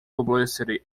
publicity